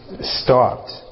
stopped